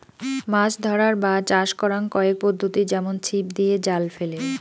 মাছ ধরার বা চাষ করাং কয়েক পদ্ধতি যেমন ছিপ দিয়ে, জাল ফেলে